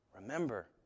remember